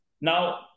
now